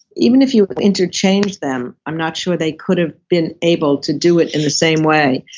even if you interchanged them, i'm not sure they could have been able to do it in the same way.